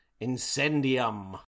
Incendium